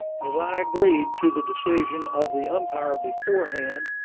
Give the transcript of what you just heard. as i agreed to the decision of the umpire beforehand,